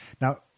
Now